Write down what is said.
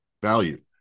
value